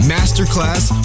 Masterclass